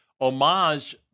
homage